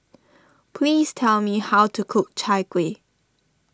please tell me how to cook Chai Kuih